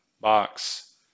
box